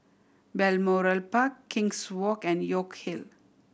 Balmoral Park King's Walk and York Hill